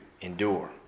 endure